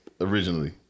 originally